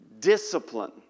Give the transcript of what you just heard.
discipline